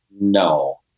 No